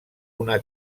una